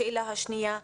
שאלה שנייה.